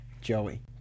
Joey